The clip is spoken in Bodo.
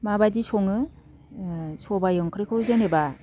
माबायदि सङो सबाय ओंख्रिखौ जेनेबा